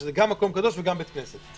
שזה גם מקום קדוש וגם בית כנסת?